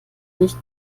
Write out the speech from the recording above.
nicht